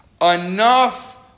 enough